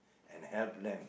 and help them